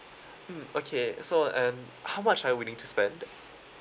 mm okay so and how much are you willing to spend